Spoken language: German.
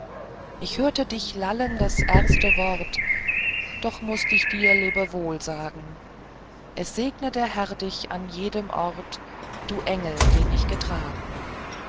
ich hörte dich lallen das erste wort doch mußt ich dir lebewohl sagen es segne der herr dich an jedem ort du engel den ich getragen